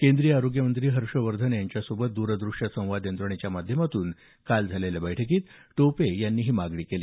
केंद्रीय आरोग्यमंत्री हर्षवर्धन यांच्यासोबत दूरदृष्य संवाद यंत्रणेच्या माध्यमातून काल झालेल्या बैठकीत टोपे यांनी ही मागणी केली